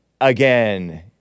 again